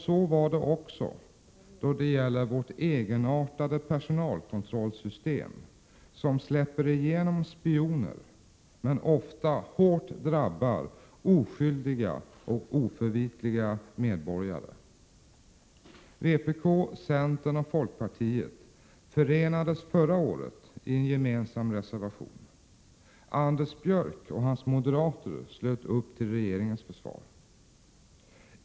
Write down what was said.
Så var det också då det gäller vårt egenartade personalkontrollsystem, som släpper igenom spioner men ofta hårt drabbar oskyldiga och oförvitliga medborgare. Vpk, centern och folkpartiet förenades förra året i en gemensam reservation. Anders Björck och hans moderater slöt upp till regeringens försvar.